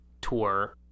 tour